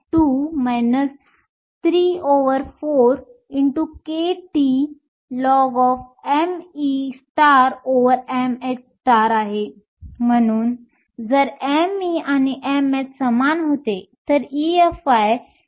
म्हणून जर me आणि mh समान होते तर EFi नक्की बँडच्या मध्यभागी असेल